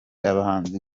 abahanzi